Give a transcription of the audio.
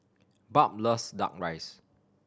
Barb loves Duck Rice